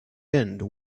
end